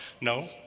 No